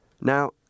Now